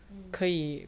mm